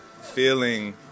feeling